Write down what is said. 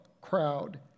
crowd